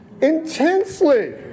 intensely